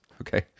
okay